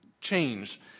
change